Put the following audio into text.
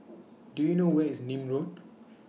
Do YOU know Where IS Nim Road